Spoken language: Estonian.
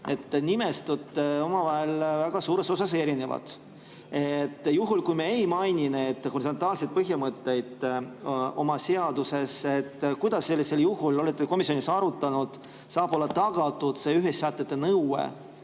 Need nimetatud omavahel väga suures osas erinevad. Nii et juhul, kui me ei maini neid horisontaalseid põhimõtteid oma seaduses, kuidas sellisel juhul, kas olete komisjonis arutanud, saab olla tagatud see ühissätete nõue?